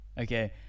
okay